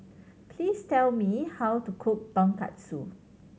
please tell me how to cook Tonkatsu